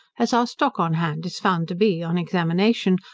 as our stock on hand is found to be, on examination,